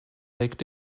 regt